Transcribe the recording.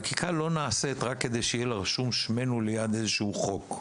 חקיקה לא נעשית רק כדי ששמנו יהיה רשום ליד איזשהו חוק,